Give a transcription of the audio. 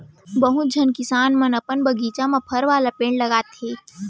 बहुत झन किसान मन अपन बगीचा म फर वाला पेड़ लगाथें